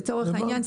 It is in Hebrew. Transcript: לצורך העניין,